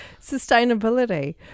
sustainability